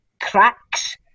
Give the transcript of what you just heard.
cracks